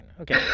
okay